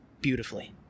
beautifully